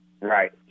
Right